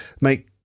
make